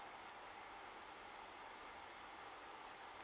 am I right